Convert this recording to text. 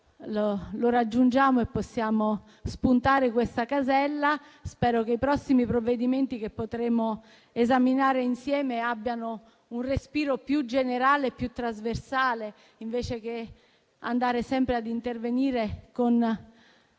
lo raggiungiamo e possiamo spuntare questa casella. Spero che i prossimi provvedimenti che potremo esaminare insieme abbiano un respiro più generale e trasversale, invece di intervenire sempre con interventi